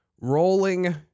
rolling